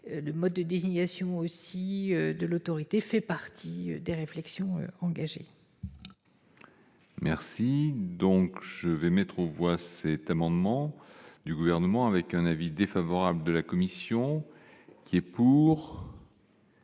le mode de désignation aussi de l'autorité fait partie des réflexions engagées. Merci donc je vais mettre aux voix cet amendement du gouvernement avec un avis défavorable de la commune. Sion, qui est pour.